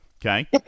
Okay